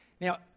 Now